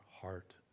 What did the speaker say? heart